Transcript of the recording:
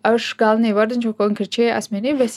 aš gal neįvardinčiau konkrečiai asmenybės